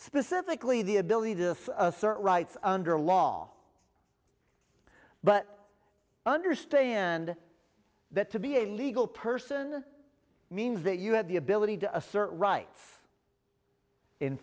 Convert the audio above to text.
specifically the ability to assert rights under law but understand that to be a legal person means that you have the ability to assert rights in